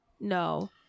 No